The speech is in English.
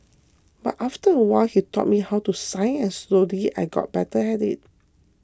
but after a while he taught me how to sign and slowly I got better at it